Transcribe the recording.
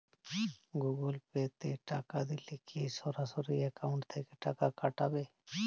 Google Pay তে টাকা দিলে কি সরাসরি অ্যাকাউন্ট থেকে টাকা কাটাবে?